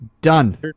done